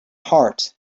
heart